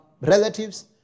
relatives